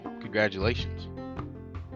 congratulations